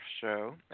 show